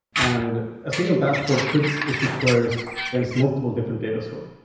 and a single dashboard could issue queries against multiple different data sources.